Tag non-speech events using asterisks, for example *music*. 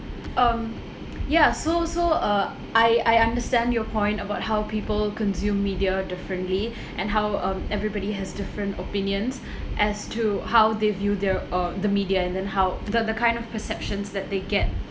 um *noise* yeah so so uh I I understand your point about how people consume media differently *breath* and how um everybody has different opinions *breath* as to how they view their or the media and then how that the kind of perceptions that they get